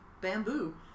bamboo